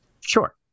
Sure